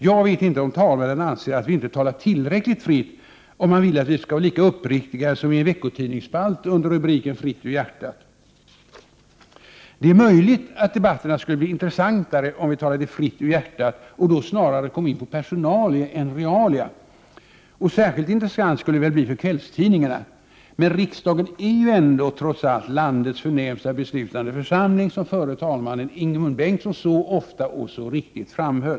Jag vet inte om talmannen anser att vi inte talar tillräckligt fritt, om han vill att vi skall vara lika uppriktiga som i en veckotidningsspalt under rubriken Fritt ur hjärtat. Det är möjligt att debatterna skulle bli intressantare om vi talade fritt ur hjärtat och då snarare kom in på personalia än realia. Och särskilt intressant skulle det väl bli för kvällstidningarna. Men riksdagen är trots allt landets förnämsta beslutande församling, som förre talmannen Ingemund Bengtsson så ofta och så riktigt framhöll.